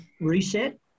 reset